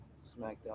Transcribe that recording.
SmackDown